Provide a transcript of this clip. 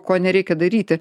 ko nereikia daryti